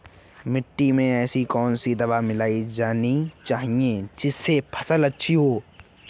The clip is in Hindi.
मिट्टी में ऐसी कौन सी दवा मिलाई जानी चाहिए जिससे फसल अच्छी हो?